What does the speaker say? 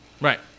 Right